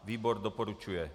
Výbor doporučuje.